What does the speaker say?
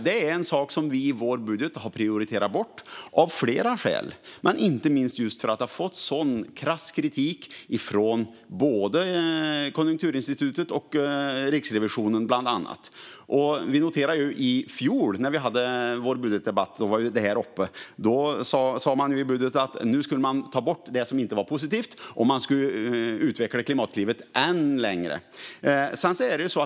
Det är en sak som vi i vår budget har prioriterat bort av flera skäl, men inte minst just för att det har fått en sådan skarp kritik från både Konjunkturinstitutet och Riksrevisionen, bland annat. Vi noterade i fjol när vi hade vår budgetdebatt och detta var uppe att man sa att man nu skulle ta bort det som inte var positivt och utveckla Klimatklivet än längre.